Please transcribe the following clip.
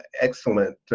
excellent